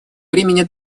времени